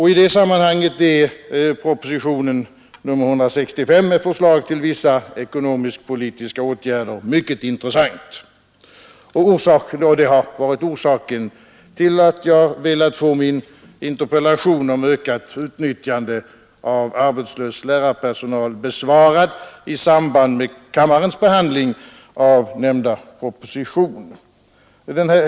I det sammanhanget är propositionen 165 med förslag till vissa ekonomisk-politiska åtgärder mycket intressant, och det har varit orsaken till att jag velat få min interpellation om ökat utnyttjande av arbetslös lärarpersonal besvarad i samband med kammarens behandling av nämnda proposition.